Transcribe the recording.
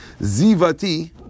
Zivati